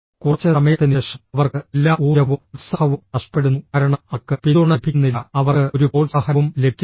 കുറച്ച് സമയത്തിന് ശേഷം അവർക്ക് എല്ലാ ഊർജ്ജവും ഉത്സാഹവും നഷ്ടപ്പെടുന്നു കാരണം അവർക്ക് പിന്തുണ ലഭിക്കുന്നില്ല അവർക്ക് ഒരു പ്രോത്സാഹനവും ലഭിക്കുന്നില്ല